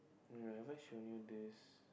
uh have I shown you this